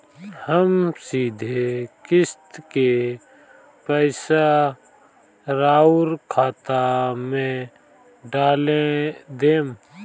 हम सीधे किस्त के पइसा राउर खाता में डाल देम?